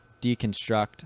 deconstruct